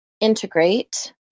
integrate